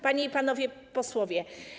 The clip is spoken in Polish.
Panie i Panowie Posłowie!